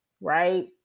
right